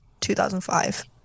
2005